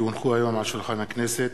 כי הונחו היום על שולחן הכנסת,